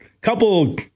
couple